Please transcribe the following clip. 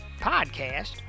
podcast